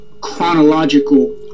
chronological